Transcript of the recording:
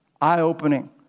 eye-opening